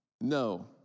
No